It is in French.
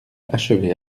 achevez